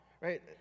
right